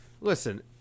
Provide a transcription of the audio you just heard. listen